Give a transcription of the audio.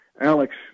Alex